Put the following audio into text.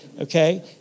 okay